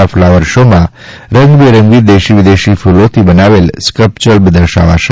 આ ફ્લાવર શોમાં રંગબેરંગી દેશી વિદેશી ફ્લોથી બનેલા સ્કલ્પચર દર્શાવાશે